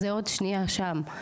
זה עוד שנייה שם,